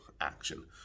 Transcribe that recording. action